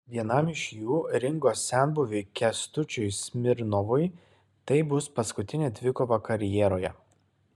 vienam iš jų ringo senbuviui kęstučiui smirnovui tai bus paskutinė dvikova karjeroje